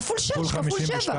כפול שש, כפול שבע.